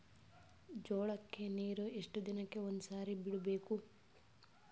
ಜೋಳ ಕ್ಕನೀರು ಎಷ್ಟ್ ದಿನಕ್ಕ ಒಂದ್ಸರಿ ಬಿಡಬೇಕು?